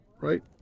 right